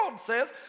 says